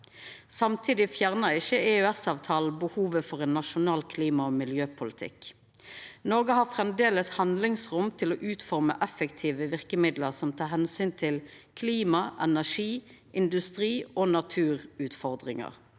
Samtidig fjernar ikkje EØS-avtalen behovet for ein nasjonal klima- og miljøpolitikk. Noreg har framleis handlingsrom til å utforma effektive verkemiddel som tar omsyn til klima-, energi-, industriog naturutfordringar.